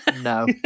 No